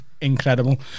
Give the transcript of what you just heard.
incredible